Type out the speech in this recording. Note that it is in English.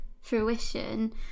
fruition